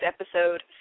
episode